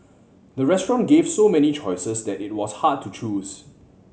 the restaurant gave so many choices that it was hard to choose